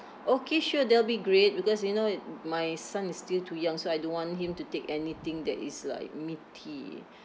okay sure that'll be great because you know it my son is still too young so I don't want him to take anything that is like meaty